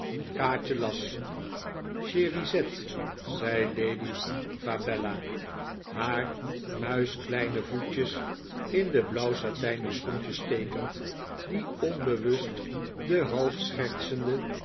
las cherisette zei lady flabella haar muiskleine voetjes in de blauw satijnen schoentjes stekend die onbewust de half schertsende